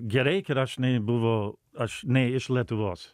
gerai kad aš nebuvau aš ne iš lietuvos